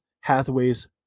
Hathaway's